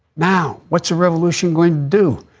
now, what's a revolution going to do?